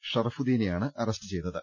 ഷറഫുദ്ദീനെയാണ് arrest ചെയ്തത്